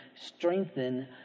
strengthen